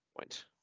point